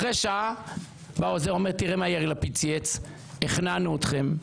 אחרי שעה העוזר שלי מראה לי מה יאיר לפיד צייץ: הכנענו אתכם,